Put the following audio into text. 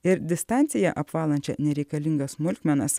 ir distancija apvalančia nereikalingas smulkmenas